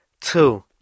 Two